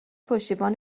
پشتیبان